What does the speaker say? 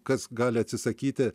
kas gali atsisakyti